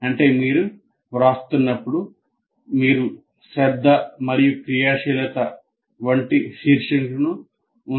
అంటే మీరు వ్రాస్తున్నప్పుడు మీరు శ్రద్ధ మరియు క్రియాశీలత వంటి శీర్షికను ఉంచవచ్చు